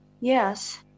Yes